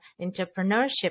entrepreneurship